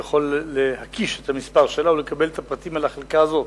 הוא יכול להקיש את המספר שלה ולקבל את הפרטים על החלקה הזאת.